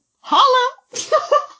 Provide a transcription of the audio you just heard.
Holla